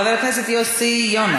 חבר הכנסת יוסי יונה.